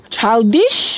Childish